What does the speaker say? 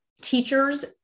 teachers